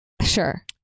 Sure